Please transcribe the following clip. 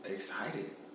Excited